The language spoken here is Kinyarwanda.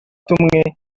tumwe